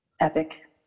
epic